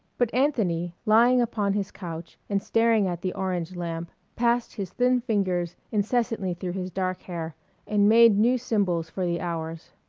but anthony, lying upon his couch and staring at the orange lamp, passed his thin fingers incessantly through his dark hair and made new symbols for the hours.